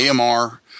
amr